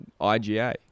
IGA